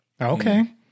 Okay